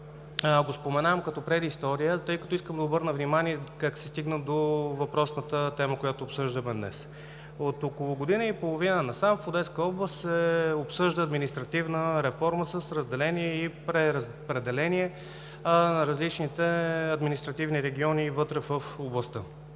го споменавам като предистория, тъй като искам да обърна внимание на това как се стигна до въпросната тема, която обсъждаме днес. От около година и половина насам в Одеска област се обсъжда административна реформа с разделение и преразпределение в различните административни региони и вътре в областите.